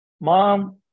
Mom